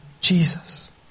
Jesus